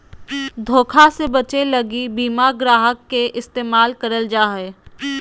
धोखा से बचे लगी बीमा ग्राहक के इस्तेमाल करल जा हय